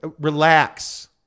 Relax